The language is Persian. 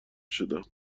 شدم